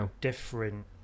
different